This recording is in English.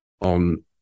on